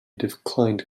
declined